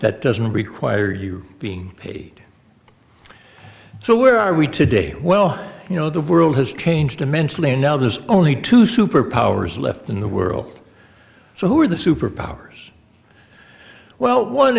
that doesn't require you being paid so where are we today well you know the world has changed immensely and now there's only two superpowers left in the world so who are the superpowers well one